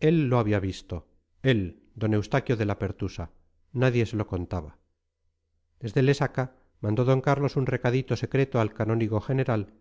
él lo había visto él d eustaquio de la pertusa nadie se lo contaba desde lesaca mandó d carlos un recadito secreto al canónigo general